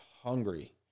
hungry